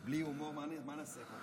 בלי הומור, מה נעשה?